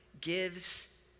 gives